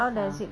how does it